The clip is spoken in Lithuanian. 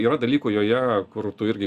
yra dalykų joje kur tu irgi